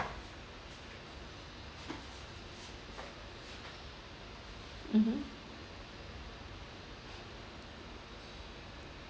mmhmm